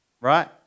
right